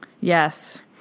Yes